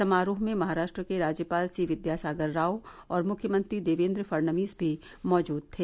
समारोह में महाराष्ट्र के राज्यपाल सी विद्यासागर राव और मुख्यमंत्री देवेन्द्र फडनवीस भी मौजूद थे